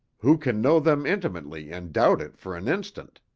who can know them intimately and doubt it for an instant?